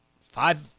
Five